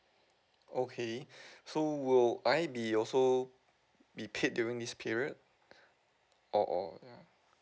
okay so will I be also be paid during this period or or ya